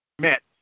met